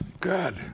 Good